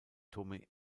tommy